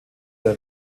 der